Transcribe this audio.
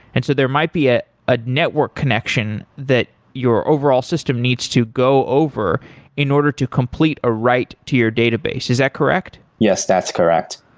and so there might be ah a network connection that your overall system needs to go over in order to complete a write to your database. is that correct? yes, that's correct.